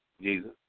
Jesus